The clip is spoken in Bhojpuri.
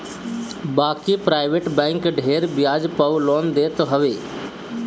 बाकी प्राइवेट बैंक ढेर बियाज पअ लोन देत हवे